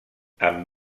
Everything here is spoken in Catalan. amb